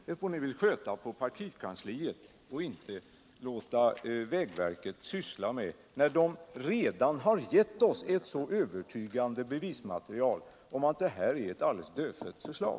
Det får ni väl sköta på partikansliet och inte låta vägverket syssla med, när det redan har givit oss ett så övertygande bevismaterial om alt det är ett alldeles dödfött förslag.